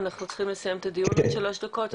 אנחנו צריכים לסיים את הדיון עוד שלוש דקות.